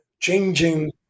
changing